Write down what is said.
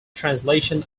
translation